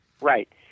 Right